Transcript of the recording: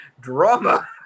drama